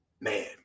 man